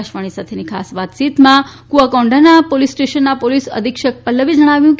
આકાશવાણી સાથેની ખાસ વાતચીતમાં કુઆકોંડાના પોલીસ સ્ટેશનના પોલીસ અધિક્ષક પલ્લવે જણાવ્યું છે